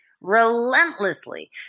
relentlessly